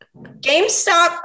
GameStop